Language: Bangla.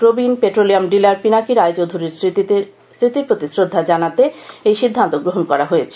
প্রবীণ পেট্রোলিয়াম ডিলার পিনাকী রায় চৌধুরীর স্মতির প্রতি শ্রদ্ধা জানাতে এই সিদ্ধান্ত গ্রহণ করা হয়েছে